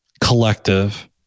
collective